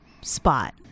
spot